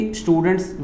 students